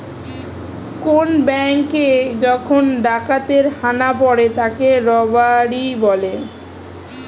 কোন ব্যাঙ্কে যখন ডাকাতের হানা পড়ে তাকে রবারি বলে